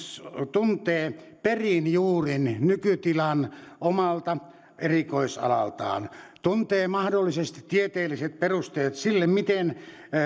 tuntee perin juurin nykytilan omalta erikoisalaltaan tuntee mahdollisesti tieteelliset perusteet sille miten